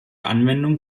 anwendung